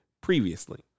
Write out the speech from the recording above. previously